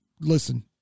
listen